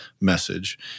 message